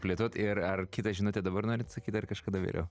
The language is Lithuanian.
plėtot ir ar kitą žinutę dabar norit sakyt ar kažkada vėliau